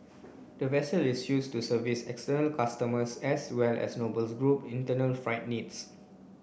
the vessel is use to service external customers as well as Nobles Group internal freight needs